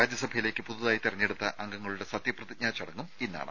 രാജ്യസഭയിലേക്ക് പുതുതായി തെരഞ്ഞെടുത്ത അംഗങ്ങളുടെ സത്യപ്രതിജ്ഞാ ചടങ്ങും ഇന്നാണ്